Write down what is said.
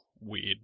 weird